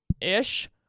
ish